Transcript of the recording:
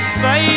say